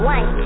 One